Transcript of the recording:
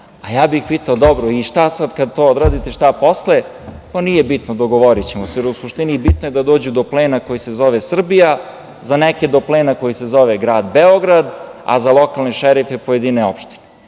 Ja bih ih pitao – šta kada to odradite, šta posle? Kažu – nije bitno, dogovorićemo se. U suštini je bitno da dođu do plena koji se zove Srbija, za neke do plena koji se zove Grad Beograd, a za lokalne šerife pojedine opštine.